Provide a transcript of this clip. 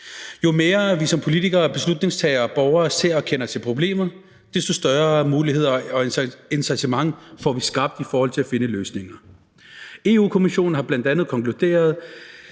Jo mere vi som politikere, beslutningstagere og borgere ser og kender til problemet, desto større muligheder og incitament får vi skabt til at finde løsninger. Europa-Kommissionen har bl.a. konkluderet,